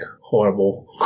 horrible